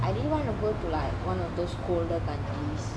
I didn't want to go to like one of those colder countries